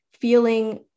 feeling